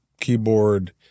keyboard